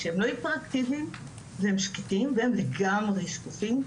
שהם לא היפר-אקטיביים והם שקטים והם לגמרי "שקופים",